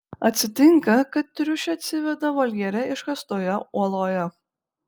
atsitinka kad triušė atsiveda voljere iškastoje uoloje